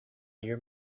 your